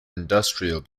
industrial